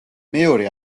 მეორე